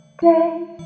day